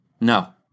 No